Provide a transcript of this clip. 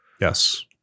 yes